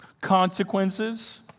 consequences